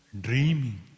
dreaming